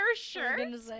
shirt